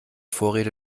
vorräte